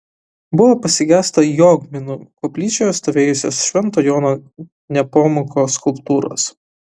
buvo pasigesta jogminų koplyčioje stovėjusios švento jono nepomuko skulptūros